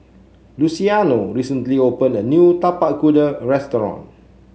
Luciano recently opened a new Tapak Kuda restaurant